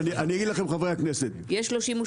חברי הכנסת,